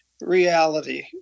reality